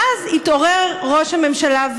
ואז התעורר ראש הממשלה,